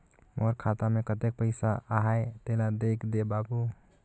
मोर खाता मे कतेक पइसा आहाय तेला देख दे बाबु?